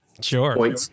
sure